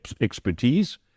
expertise